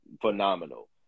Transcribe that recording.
phenomenal